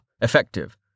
effective